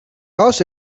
horse